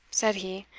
said he,